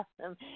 awesome